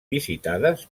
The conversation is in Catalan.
visitades